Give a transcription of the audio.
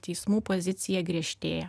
teismų pozicija griežtėja